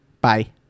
bye